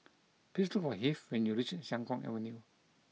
please look for Heath when you reach Siang Kuang Avenue